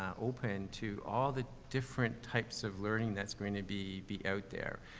open to all the different types of learning that's gonna be, be out there.